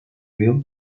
built